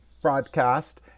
broadcast